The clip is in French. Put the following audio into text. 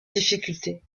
difficulté